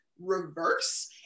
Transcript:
Reverse